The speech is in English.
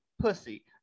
pussy